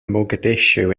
mogadishu